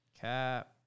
Cap